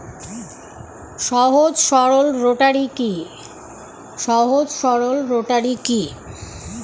সহজ সরল রোটারি কি?